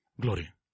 glory